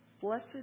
Blessed